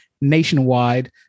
nationwide